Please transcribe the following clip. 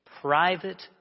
private